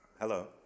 Hello